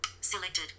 selected